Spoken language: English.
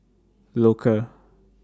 Loacker